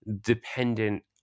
dependent